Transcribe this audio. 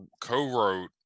co-wrote